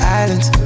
islands